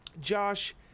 Josh